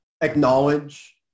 acknowledge